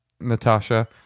Natasha